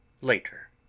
later.